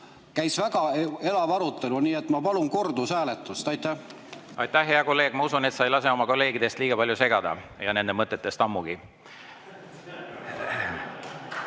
käis väga elav arutelu, nii et ma palun kordushääletust. Aitäh, hea kolleeg! Ma usun, et sa ei lase end kolleegidest liiga palju segada, nende mõtetest ammugi.